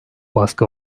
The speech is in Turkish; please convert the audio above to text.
baskı